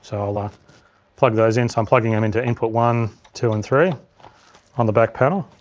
so i'll ah plug those in, so i'm plugging them in to input one, two, and three on the back panel.